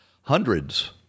hundreds